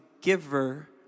giver